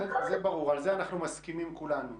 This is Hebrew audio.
זה ברור, על זה אנחנו מסכימים כולנו.